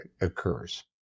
occurs